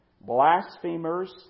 blasphemers